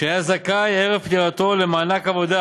שהיה זכאי ערב פטירתו למענק עבודה